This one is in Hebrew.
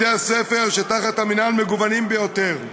בתי הספר שתחת המינהל מגוונים ביותר: